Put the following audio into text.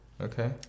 okay